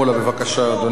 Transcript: בבקשה, אדוני.